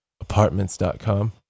apartments.com